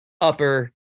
upper